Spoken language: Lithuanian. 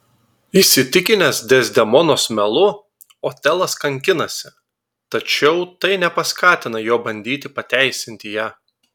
įsitikinęs dezdemonos melu otelas kankinasi tačiau tai nepaskatina jo bandyti pateisinti ją